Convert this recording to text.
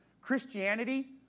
Christianity